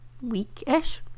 week-ish